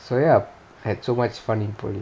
so ya I had so much fun in polytechnic